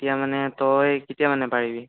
কেতিয়া মানে তই কেতিয়া মানে পাৰিবি